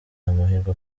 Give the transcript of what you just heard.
amahirwe